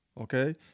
okay